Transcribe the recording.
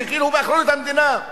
שכאילו הוא באחריות המדינה.